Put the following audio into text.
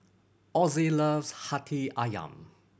Ossie loves Hati Ayam